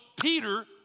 Peter